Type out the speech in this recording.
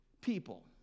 people